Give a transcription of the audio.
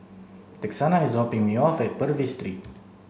Texanna is dropping me off at Purvis Street